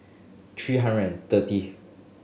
three hundred and thirty